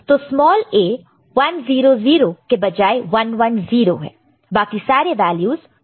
तो small a 1 0 0 के बजाय 1 1 0 है बाकी सारे वैल्यूस सेम रहेंगे